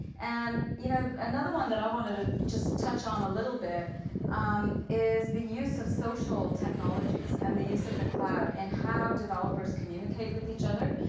and you know another one that i wanted to just touch on a little bit um is the use of social technologies and the use of the cloud and how developers communicate with each other.